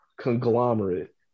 conglomerate